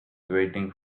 waiting